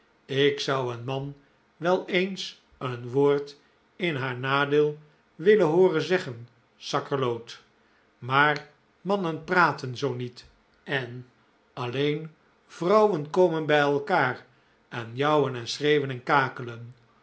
ik zou een man wel eens een woord in haar nadeel willen hooren zeggen sakkerloot maar mannen praten zoo niet ann alleen vrouwen komen bij elkaar en jouwen en schreeuwen en kakelen